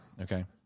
okay